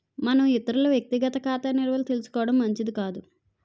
మనం ఇతరుల వ్యక్తిగత ఖాతా నిల్వలు తెలుసుకోవడం మంచిది కాదు